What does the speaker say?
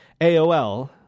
AOL